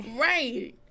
Right